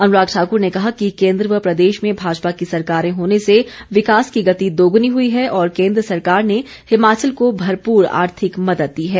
अनुराग ठाकुर ने कहा कि केन्द्र व प्रदेश में भाजपा की सरकारें होने से विकास की गति दोगुनी हुई है और केन्द्र सरकार ने हिमाचल को भरपूर आर्थिक मदद दी है